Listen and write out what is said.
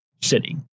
City